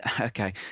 Okay